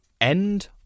End